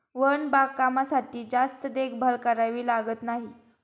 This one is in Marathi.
वन बागकामासाठी जास्त देखभाल करावी लागत नाही